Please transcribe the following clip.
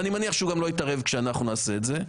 אני מניח שהוא גם לא יתערב כשאנחנו נעשה את זה.